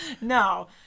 No